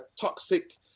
toxic